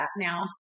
now